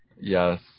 Yes